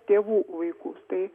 tėvų vaikus tai